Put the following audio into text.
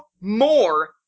more